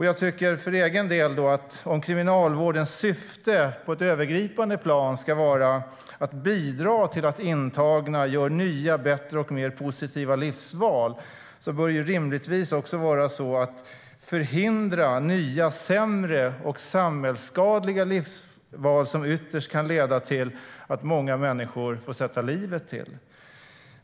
Jag tycker att om Kriminalvårdens syfte på ett övergripande plan ska vara att bidra till att intagna gör nya, bättre och mer positiva livsval bör det rimligtvis vara så att Kriminalvården ska förhindra nya, sämre och samhällsskadliga livsval som ytterst kan leda till att många människor får sätta livet till.